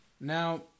Now